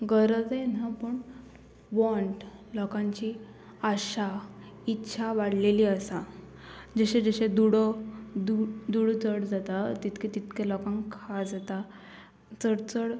गरजय ना पूण वोंट लोकांची आशा इच्छा वाडलेली आसा जशें जशें दुडो दु दुडू चड जाता तितकें तितकें लोकांक खाज येता चड चड